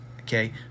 okay